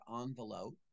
envelope